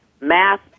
math